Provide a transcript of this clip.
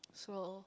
so